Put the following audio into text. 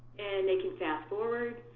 and they can fast forward,